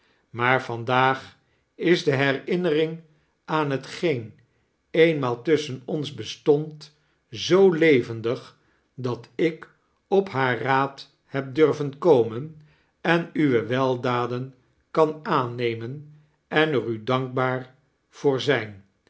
maar vandaag is de herinnering aan hetgeen eenmaal tusschen ons bestond zoo levendig dat ik op haar raad heb durven komen en uwe weldaden kan aannemen en er u dankbaar voor zijn